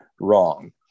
wrong